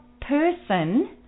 person